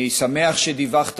אני שמח שדיווחת